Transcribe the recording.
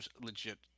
legit